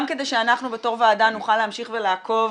גם כדי שאנחנו בתור ועדה נוכל להמשיך ולעקוב,